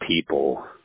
people